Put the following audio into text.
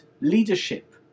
leadership